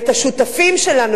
והשותפים שלנו,